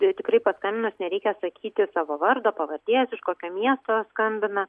tikrai paskambinus nereikia sakyti savo vardo pavardės iš kokio miesto skambina